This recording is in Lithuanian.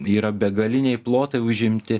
yra begaliniai plotai užimti